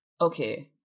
Okay